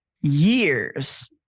years